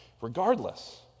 regardless